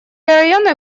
районы